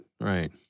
right